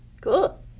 Cool